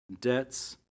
Debts